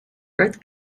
earth